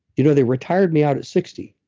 you know they retired me out at sixty.